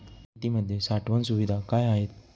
शेतीमध्ये साठवण सुविधा काय आहेत?